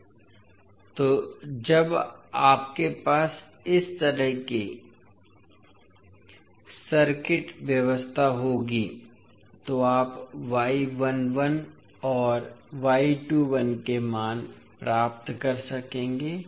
इसलिए जब आपके पास इस तरह की सर्किट व्यवस्था होगी तो आप और के मान प्राप्त कर सकेंगे